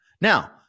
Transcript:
Now